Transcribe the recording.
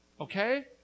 Okay